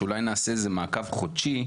שאולי נעשה מעקב חודשי,